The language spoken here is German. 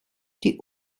die